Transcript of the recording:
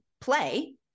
play